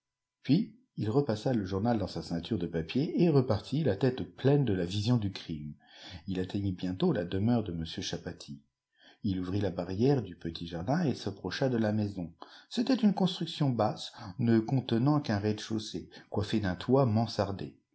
puis il repassa le journal dans sa ceinture de papier et repartit la tête pleine de la vision du crime il atteignit bientôt la demeure de m chapatis il ouvrit la barrière du petit jardin et s'approcha de la maison c'était une construction basse ne contenant qu'un rezde chaussée coiflpé d'un toit